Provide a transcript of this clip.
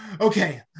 Okay